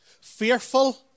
Fearful